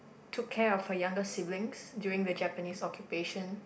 took care of her younger siblings during the Japanese occupation